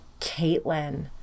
Caitlin